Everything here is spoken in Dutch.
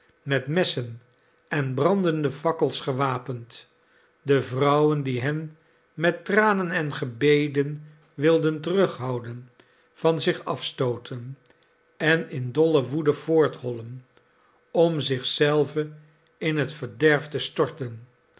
met messen en brandende fakkels gewapend de vrouwen die hen met tranen en gebeden wilden terughouden van zich afstooten en in dolle woede voorthollen om zich zelven in het verderf te storten